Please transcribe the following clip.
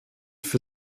für